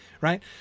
right